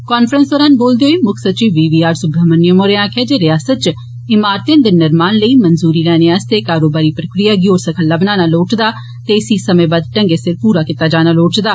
conference दौरान बोलदे होई मुक्ख सचिव बी वी आर सुब्रमनियम होरें आक्खेआ जे रियासत च इमारतें दे निर्माण लेई मंजूरी लेने आस्ते कारोबारी प्रक्रिया गी होर सखल्ला बनाना लोड़चदा ते इसी समयबद्ध ढंगै सिर पूरा कीता जाना लोड़चदा